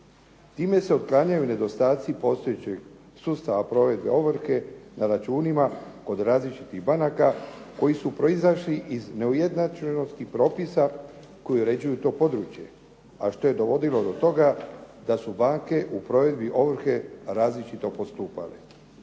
Time se otklanjaju nedostaci postojećeg sustava provedbe ovrhe na računima kod različitih banaka koji su proizašli iz neujednačenosti propisa koji uređuju to područje a što je dovodilo do toga da su banka u provedbi ovrhe različito postupale.